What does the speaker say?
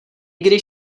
když